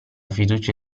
fiducia